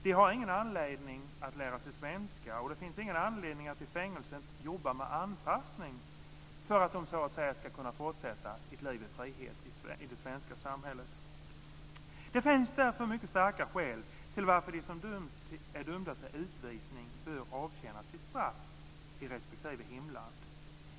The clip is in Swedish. De har ingen anledning att lära sig svenska, och det finns ingen anledning att i fängelset jobba med anpassning för att de ska kunna fortsätta sitt liv i frihet i det svenska samhället. Det finns därför mycket starka skäl till att de som är dömda till utvisning bör avtjäna sitt straff i respektive hemland.